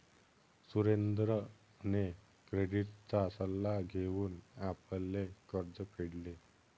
सुरेंद्रने क्रेडिटचा सल्ला घेऊन आपले कर्ज फेडले